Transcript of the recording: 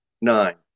Nine